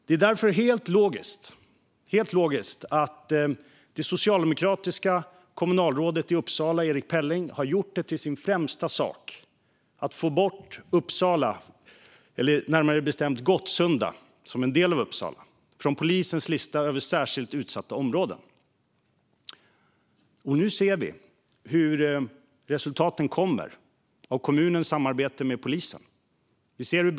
Det är därför helt logiskt att det socialdemokratiska kommunalrådet i Uppsala, Erik Pelling, har gjort det till sin främsta fråga att få bort Gottsunda från polisens lista över särskilt utsatta områden. Nu ser vi hur samarbetet mellan kommunen och polisen ger resultat.